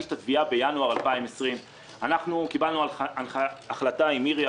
את התביעה בינואר 2020. קיבלנו החלטה עכשיו עם מירי,